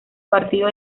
partido